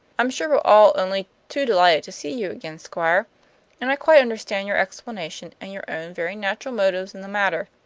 i'm sure we're all only too delighted to see you again, squire and i quite understand your explanation and your own very natural motives in the matter.